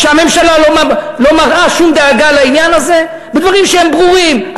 כשהממשלה לא מראה שום דאגה לעניין הזה בדברים שהם ברורים?